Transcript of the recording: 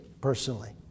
personally